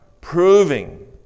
proving